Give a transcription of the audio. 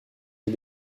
les